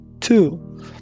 Two